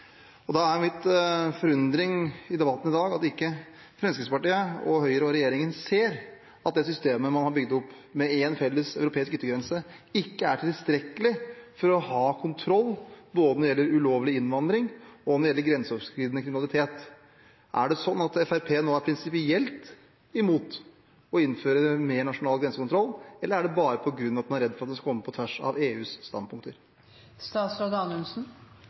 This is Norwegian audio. grensekontroll. Da er det forunderlig i debatten i dag at ikke Fremskrittspartiet og Høyre, regjeringen, ser at det systemet man har bygd opp, med én felles europeisk yttergrense, ikke er tilstrekkelig til å ha kontroll, verken med ulovlig innvandring eller med grenseoverskridende kriminalitet. Er det slik at Fremskrittspartiet nå er prinsipielt imot å innføre mer nasjonal grensekontroll, eller er man bare redd for å gå på tvers av EUs